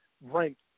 ranked